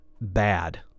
bad